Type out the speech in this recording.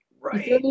right